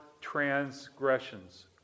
transgressions